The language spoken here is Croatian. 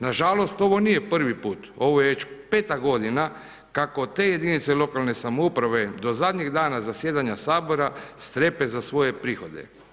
Nažalost ovo nije prvi put, ovo je već 5 godina kako te jedinice lokalne samouprave do zadnjeg dana zasjedanja sabora strepe za svoje prihode.